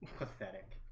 pathetic